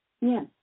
Yes